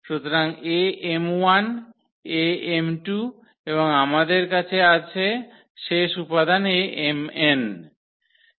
সুতরাং am1 am2 এবং আমাদের আছে শেষ উপাদান amn রয়েছে